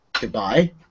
goodbye